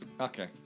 Okay